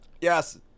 yes